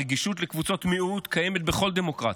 הרגישות לקבוצות מיעוט קיימת בכל דמוקרטיה,